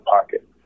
pocket